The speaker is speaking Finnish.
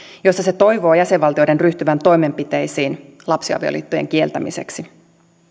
jossa se toivoo jäsenvaltioiden ryhtyvän toimenpiteisiin lapsiavioliittojen kieltämiseksi